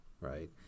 Right